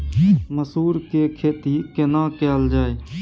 मसूर के खेती केना कैल जाय?